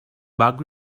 bug